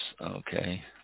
okay